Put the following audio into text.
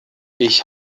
ich